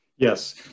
Yes